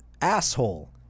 asshole